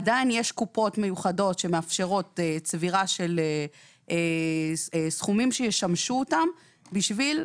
עדיין יש קופות מיוחדות שמאפשרות צבירה של סכומים שישמשו אותם בשביל,